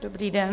Dobrý den.